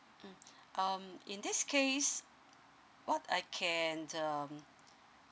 mm um in this case what I can um